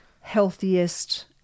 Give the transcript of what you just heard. healthiest